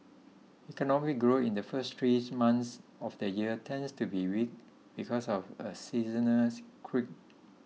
economic growth in the first three months of the year tends to be weak because of a quirk